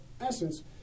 essence